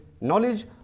knowledge